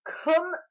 come